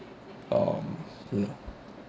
um you know